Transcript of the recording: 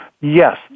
yes